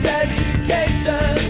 education